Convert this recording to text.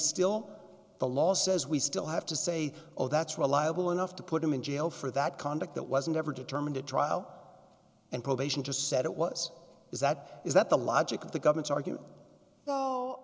still the law says we still have to say oh that's reliable enough to put him in jail for that conduct that wasn't ever determined at trial and probation just said it was is that is that the logic of the government's argument